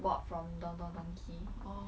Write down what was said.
bought from Don Don Donki